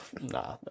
nah